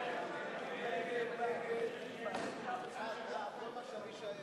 ההסתייגות של קבוצת סיעת חד"ש ושל קבוצת